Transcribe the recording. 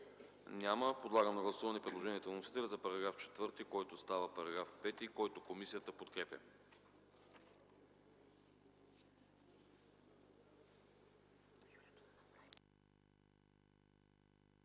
Няма. Подлагам на гласуване предложението на вносителя за § 11, който става § 12 и който комисията подкрепя.